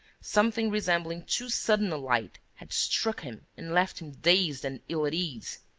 something resembling too sudden a light had struck him and left him dazed and ill at ease.